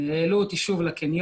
שוב העלו אותי לקניון.